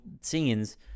scenes